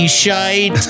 shite